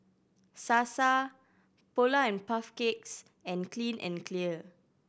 Sasa Polar and Puff Cakes and Clean and Clear